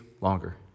longer